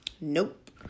Nope